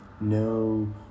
no